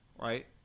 right